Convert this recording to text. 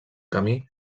camí